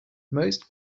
most